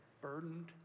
burdened